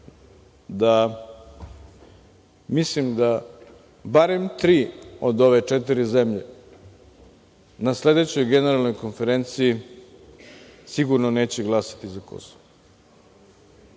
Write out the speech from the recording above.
ja mislim, da barem tri od ove četiri zemlje na sledećoj Generalnoj konferenciji sigurno neće glasati za Kosovo.